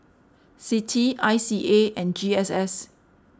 Citi I C A and G S S